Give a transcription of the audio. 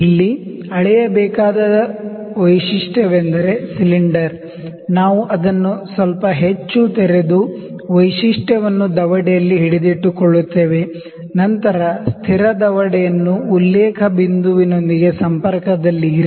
ಇಲ್ಲಿ ಅಳೆಯಬೇಕಾದ ವೈಶಿಷ್ಟ್ಯವೆಂದರೆ ಸಿಲಿಂಡರ್ ನಾವು ಅದನ್ನು ಸ್ವಲ್ಪ ಹೆಚ್ಚು ತೆರೆದು ವೈಶಿಷ್ಟ್ಯವನ್ನು ದವಡೆಯಲ್ಲಿ ಹಿಡಿದಿಟ್ಟುಕೊಳ್ಳುತ್ತೇವೆ ನಂತರ ಸ್ಥಿರ ದವಡೆಯನ್ನು ಉಲ್ಲೇಖ ಬಿಂದುವಿನೊಂದಿಗೆ ಸಂಪರ್ಕದಲ್ಲಿ ಇರಿಸಿ